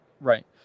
right